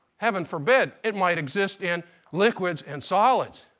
heaven forbid, it might exist in liquids and solids.